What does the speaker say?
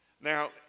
Now